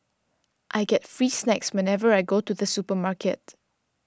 I get free snacks whenever I go to the supermarket